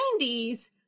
90s